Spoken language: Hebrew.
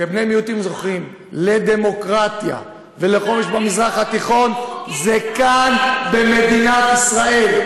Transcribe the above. שבני מיעוטים זוכים לדמוקרטיה וחופש במזרח התיכון הוא כאן במדינת ישראל.